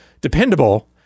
dependable